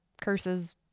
curses